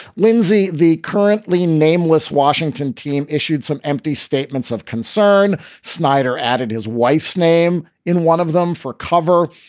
lindsay, the currently nameless washington team, issued some empty statements of concern. snyder added his wife's name in one of them for cover,